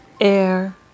Air